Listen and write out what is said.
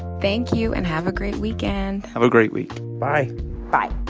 thank you. and have a great weekend have a great week bye bye